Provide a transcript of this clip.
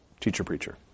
teacher-preacher